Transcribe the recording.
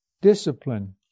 discipline